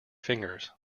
fingers